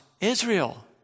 Israel